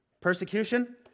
Persecution